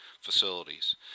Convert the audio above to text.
facilities